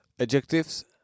adjectives